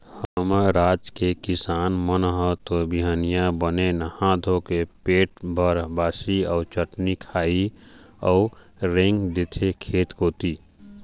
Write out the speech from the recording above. हमर राज के किसान मन ह तो बिहनिया बने नहा धोके पेट भर बासी अउ चटनी खाही अउ रेंग देथे खेत कोती